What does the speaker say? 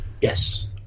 Yes